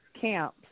camp